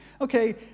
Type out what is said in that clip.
Okay